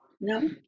No